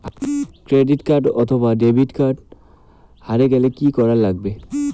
Credit card অথবা debit card হারে গেলে কি করা লাগবে?